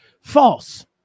false